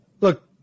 Look